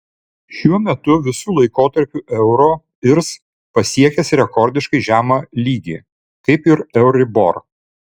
šiuo metu visų laikotarpių euro irs pasiekęs rekordiškai žemą lygį kaip ir euribor